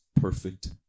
perfect